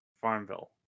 Farmville